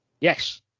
Yes